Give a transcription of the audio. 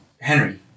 Henry